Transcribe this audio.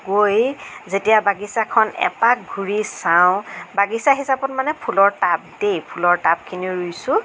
গৈ যেতিয়া বাগিচাখন এপাক ঘূৰি চাওঁ বাগিচা হিচাপত মানে ফুলৰ টাব দেই ফুলৰ টাব ৰুইছো